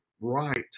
right